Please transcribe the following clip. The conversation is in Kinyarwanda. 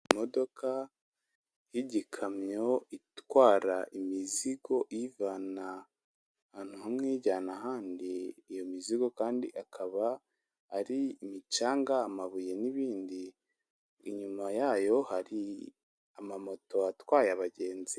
Imodoka y'igikamyo itwara imizigo iyivana ahantu hamwe ijyana ahandi, iyo mizigo kandi ikaba ari imicanga amabuye n'ibindi, inyuma yayo hari amamoto atwaye abagenzi.